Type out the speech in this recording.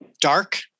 dark